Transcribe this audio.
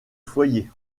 foyer